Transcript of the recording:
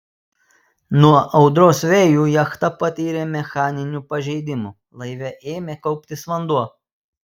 nuo audros vėjų jachta patyrė mechaninių pažeidimų laive ėmė kauptis vanduo